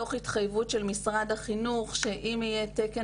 תוך התחייבות של משרד החינוך שאם יהיה תקן